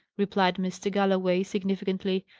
replied mr. galloway, significantly.